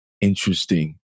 interesting